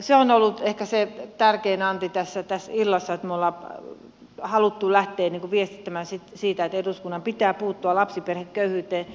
se on ollut ehkä se tärkein anti tässä illassa että me olemme halunneet lähteä viestittämään siitä että eduskunnan pitää puuttua lapsiperheköyhyyteen